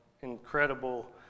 incredible